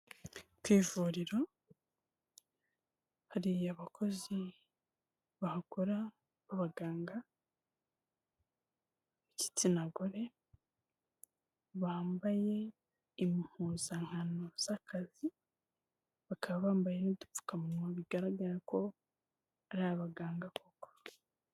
Ku ivuriro hari abakozi bahakora b'abaganga b'igitsina gore bambaye impuzankano z'akazi, bakaba bambaye n'udupfukamunwa bigaragara ko ari abaganga koko.